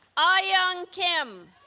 ah ayoung kim